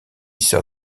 sœur